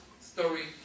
story